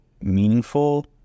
meaningful